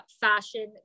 fashion